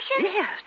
Yes